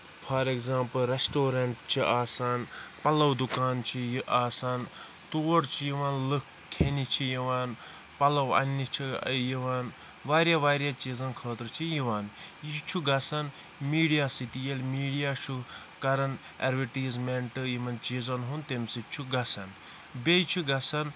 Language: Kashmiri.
فار ایٚکزامپٕل ریسٹوڑنٹ چھِ آسان پَلو دُکان چھِ یہِ آسان تور چھِ یِوان لُکھ کھیٚنہِ چھِ یِوان پَلو اَننہٕ چھِ یِوان واریاہ واریاہ چیٖزن خٲطرٕ چھِ یِوان یہِ چھُ گژھن میٖڈیا سۭتۍ ییٚلہِ میٖڈیا چھُ کران ایڑوَٹیٖزمینٹ یِمن چیٖزَن ہُند تمہِ سۭتۍ چھُ گژھان بیٚیہِ چھُ گژھان